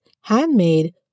handmade